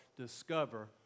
Discover